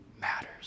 matters